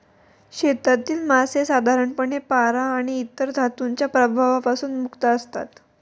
शेतातील मासे साधारणपणे पारा आणि इतर धातूंच्या प्रभावापासून मुक्त असतात